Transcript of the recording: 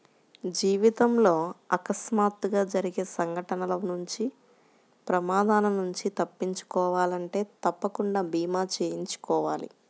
జీవితంలో అకస్మాత్తుగా జరిగే సంఘటనల నుంచి ప్రమాదాల నుంచి తప్పించుకోవాలంటే తప్పకుండా భీమా చేయించుకోవాలి